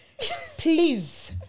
please